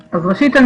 ראשית,